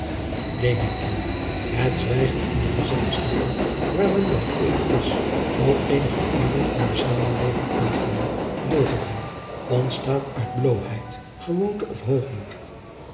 een mijn kind et zwijgen in de gezelschappen waar men bij driaan oosjes zn et leven van illegonda uisman een is om eenige uren van de zamenleving aangenaam door te brengen ontstaat uit bloôheid gewoonte of